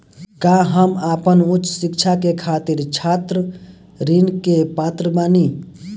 का हम आपन उच्च शिक्षा के खातिर छात्र ऋण के पात्र बानी?